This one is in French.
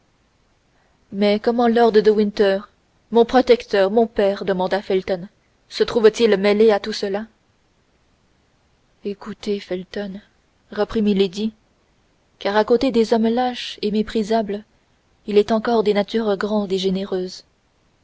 mais comment lord de winter mon protecteur mon père demanda felton se trouve-t-il mêlé à tout cela écoutez felton reprit milady car à côté des hommes lâches et méprisables il est encore des natures grandes et généreuses